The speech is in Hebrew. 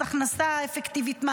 מס הכנסה אפקטיבית,